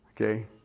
okay